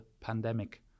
pandemic